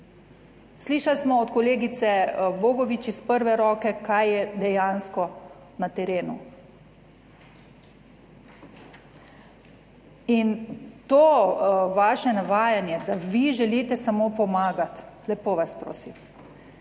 Slišali smo od kolegice Bogovič iz prve roke kaj je dejansko na terenu. To vaše navajanje, da vi želite samo pomagati, lepo vas prosim.